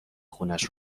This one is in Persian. خونش